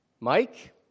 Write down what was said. Mike